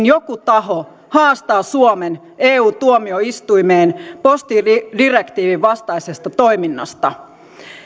joku taho haastaa suomen eu tuomioistuimeen postidirektiivin vastaisesta toiminnasta